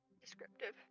Descriptive